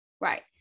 right